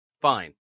Fine